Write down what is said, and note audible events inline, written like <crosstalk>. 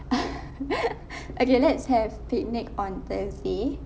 <laughs> okay let's have picnic on thursday